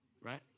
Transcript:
Right